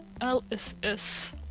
LSS